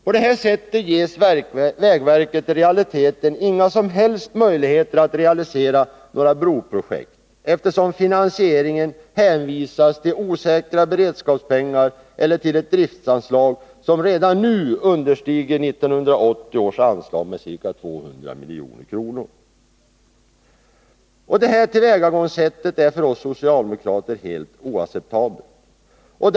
På det här sättet ges vägverket i realiteten inga som helst möjligheter att realisera några broprojekt, eftersom finansieringen hänvisas till osäkra beredskapspengar eller till ett driftsanslag som redan nu understiger 1980 års anslag med ca 200 milj.kr. Detta tillvägagångssätt är för oss socialdemokrater helt oacceptabelt.